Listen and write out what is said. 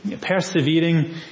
Persevering